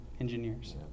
engineers